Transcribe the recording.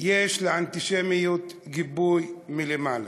יש לאנטישמיות גיבוי מלמעלה.